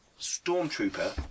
stormtrooper